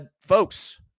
Folks